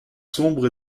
sombres